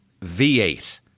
V8